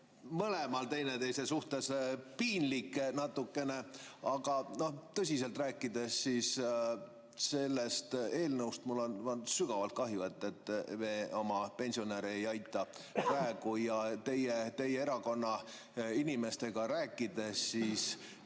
mõlemal on teineteise suhtes piinlik natukene, aga tõsiselt rääkides, siis selle eelnõu puhul on mul sügavalt kahju, et me oma pensionäre ei aita praegu. Teie erakonna inimestega rääkides olen